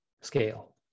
scale